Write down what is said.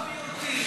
זכויות מיעוטים.